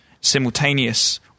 simultaneous